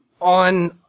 on